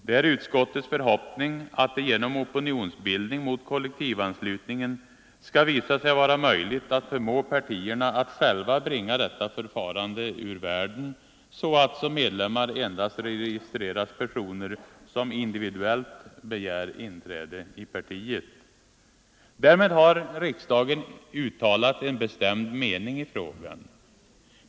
Det är utskottets förhoppning att det genom opinionsbildning mot kollektivanslutningen skall visa sig vara möjligt att förmå partierna att själva bringa detta förfarande ur världen, så att som medlemmar endast registreras personer, Därmed har riksdagen uttalat en bestämd mening i frågan.